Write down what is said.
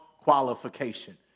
qualification